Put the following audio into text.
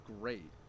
great